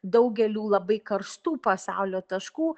daugeliui labai karštų pasaulio taškų